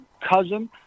cousin